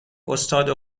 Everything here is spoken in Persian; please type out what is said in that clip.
استاد